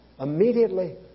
immediately